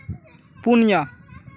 ᱯᱩᱱᱭᱟ